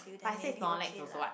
but I say Snorlax also what